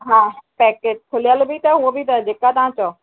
हा पैकेट खुलियलु बि अथव हूअ बि अथव जेका तव्हां चओ